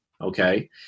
Okay